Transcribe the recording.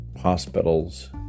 hospitals